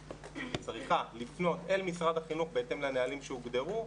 צריכה לפנות אל משרד החינוך בהתאם לנהלים שהוגדרו,